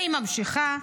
והיא ממשיכה: